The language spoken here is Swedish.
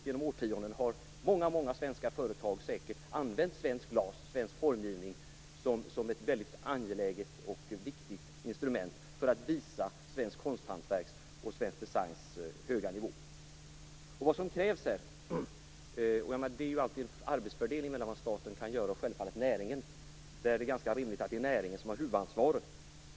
Genom årtionden har många svenska företag säkert använt svenskt glas och svensk formgivning som ett väldigt angeläget och viktigt instrument för att visa svenskt konsthantverks och svensk designs höga nivå. Det är alltid en arbetsfördelning mellan vad staten kan göra och vad näringen kan göra. Då är det ganska rimligt att det är näringen som har huvudansvaret.